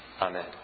Amen